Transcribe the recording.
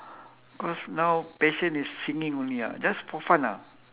cause now passion is singing only ah just for fun ah